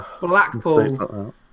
Blackpool